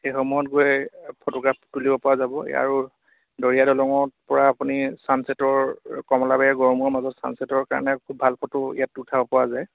সেইসমূহত গৈ ফটোগ্ৰাফ তুলিবপৰা যাব আৰু দৰিয়া দলঙৰপৰা আপুনি ছানছেটৰ কমলাবাৰী আৰু গড়মূৰৰ মাজত ছানছেটৰ কাৰণে খুব ভাল ফটো ইয়াত উঠাবপৰা যায়